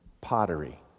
pottery